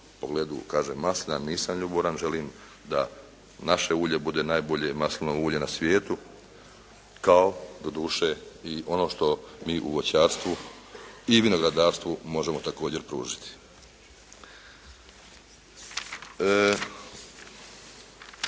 kažem maslina nisam ljubomoran, želim da naše ulje bude najbolje maslinovo ulje na svijetu kao doduše i ono što mi u voćarstvu i vinogradarstvu možemo također pružiti.